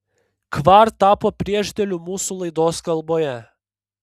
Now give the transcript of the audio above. kvar tapo priešdėliu mūsų laidos kalboje